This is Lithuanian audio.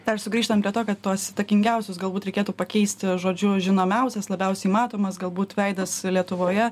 dar sugrįžtant prie to kad tuos įtakingiausius galbūt reikėtų pakeisti žodžiu žinomiausias labiausiai matomas galbūt veidas lietuvoje